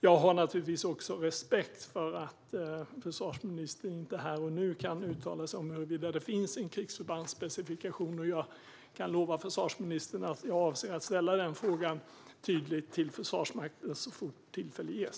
Jag har naturligtvis också respekt för att försvarsministern inte här och nu kan uttala sig om huruvida det finns en krigsförbandsspecifikation. Jag kan lova försvarsministern att jag avser att ställa denna fråga tydligt till Försvarsmakten så fort tillfälle ges.